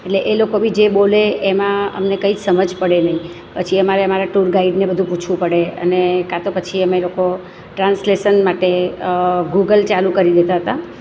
એટલે એ લોકો બી જે બોલે એમાં અમને કંઈ જ સમજ પડે નહીં પછી અમારે અમારા ટુર ગાઈડને બધું પૂછવું પડે અને કાં તો પછી અમે લોકો ટ્રાન્સલેશન માટે ગુગલ ચાલું કરી દેતા હતાં